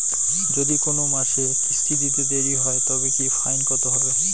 যদি কোন মাসে কিস্তি দিতে দেরি হয় তবে কি ফাইন কতহবে?